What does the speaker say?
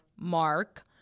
Mark